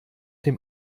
dem